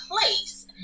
place